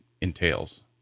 entails